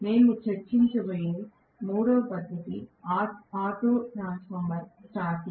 మేము చర్చించబోయే మూడవ పద్ధతి ఆటో ట్రాన్స్ఫార్మర్ స్టార్టింగ్